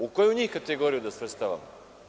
U koju njih kategoriju da svrstavamo?